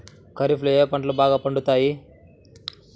ఖరీఫ్లో ఏ పంటలు బాగా పండుతాయి?